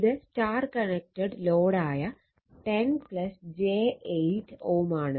ഇത് Y connected load ആയ 10 j8 Ω ആണ്